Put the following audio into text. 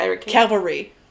Cavalry